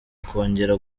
kongera